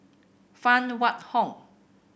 Phan Wait Hong